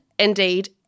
Indeed